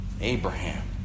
Abraham